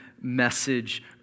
message